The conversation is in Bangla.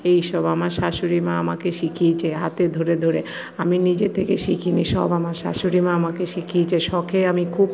এইসব আমার শাশুড়ি মা আমাকে শিখিয়েছে হাতে ধরে ধরে আমি নিজে থেকে শিখিনি সব আমার শাশুড়ি মা আমাকে শিখিয়েছে শখে আমি খুব